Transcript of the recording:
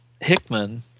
Hickman